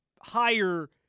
higher